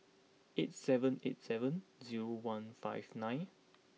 eight seven eight seven zero one five nine